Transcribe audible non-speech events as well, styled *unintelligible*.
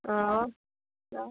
অঁ *unintelligible*